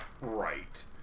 Right